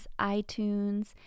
iTunes